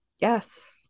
Yes